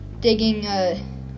digging